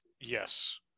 yes